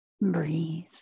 breathe